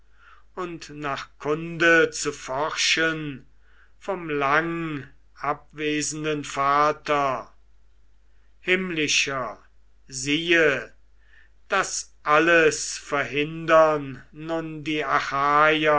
und nach kunde zu forschen vom langabwesenden vater himmlischer siehe das alles verhindern nun die